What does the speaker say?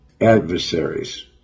adversaries